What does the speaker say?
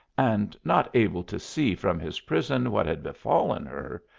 and not able to see from his prison what had befallen her,